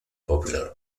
popular